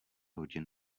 hodin